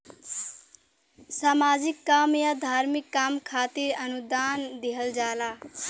सामाजिक काम या धार्मिक काम खातिर अनुदान दिहल जाला